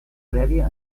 prèvia